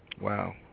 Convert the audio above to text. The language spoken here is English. Wow